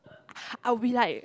I'll be like